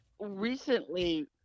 recently